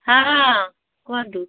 ହଁ କୁହନ୍ତୁ